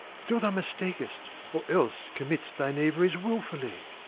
still thou mistak'st, or else committ'st thy knaveries wilfully.